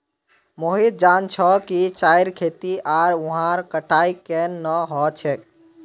मोहित जान छ कि चाईर खेती आर वहार कटाई केन न ह छेक